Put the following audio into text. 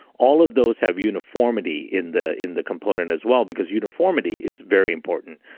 all of those have uniformity in the in the component as well, because uniformity is very important.